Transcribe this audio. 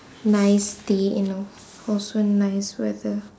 nice day and al~ also nice weather